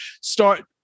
start